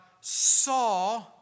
saw